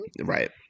Right